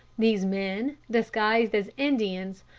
these men, disguised as indians,